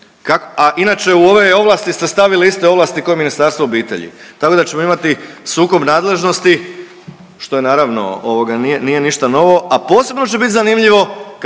A inače u ove ovlasti ste stavili iste ovlasti kao i u Ministarstvo obitelji, tako da ćemo imati sukob nadležnosti što je naravno nije ništa novo, a posebno će bit zanimljivo